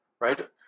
Right